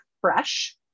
fresh